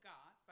God